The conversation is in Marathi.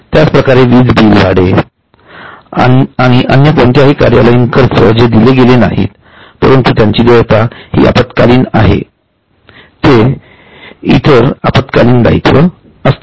त्याच प्रकारे वीज बिल भाडे आणि अन्य कोणतेही कार्यालयीन खर्च जे दिले गेलेले नाहीत परंतु त्याची देयता हि अल्पकालीन आहे ते इतअल्पकालीन दायित्व असतात